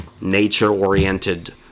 nature-oriented